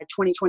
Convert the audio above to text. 2020